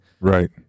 Right